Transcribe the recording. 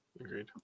Agreed